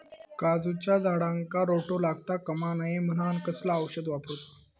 काजूच्या झाडांका रोटो लागता कमा नये म्हनान कसला औषध वापरूचा?